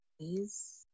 please